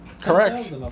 Correct